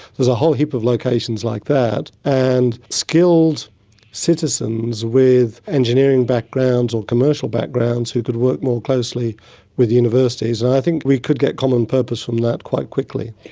there's a whole heap of locations like that. and skilled citizens with engineering backgrounds or commercial backgrounds who could work more closely with universities, and i think we could get common purpose from that quite quickly.